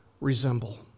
resemble